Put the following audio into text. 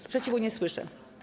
Sprzeciwu nie słyszę.